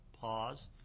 Pause